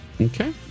Okay